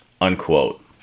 Unquote